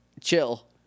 chill